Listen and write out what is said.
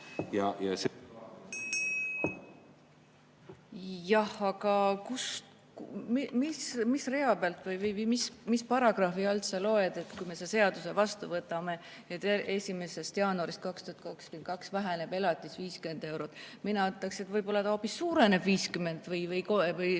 Jah, aga kust, mis rea pealt või mis paragrahvist sa loed, et kui me selle seaduse vastu võtame, siis 1. jaanuarist 2022 väheneb elatis 50 eurot? Mina ütleks, et võib-olla ta hoopis suureneb 50 või 100